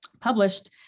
published